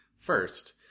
first